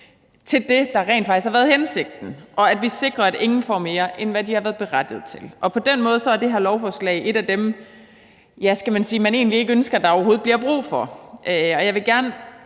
til det, der rent faktisk har været hensigten, og at vi sikrer, at ingen får mere, end hvad de har været berettiget til. På den måde er det her lovforslag et af dem, man egentlig ikke ønsker der overhovedet bliver brug for. Jeg vil gerne